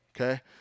okay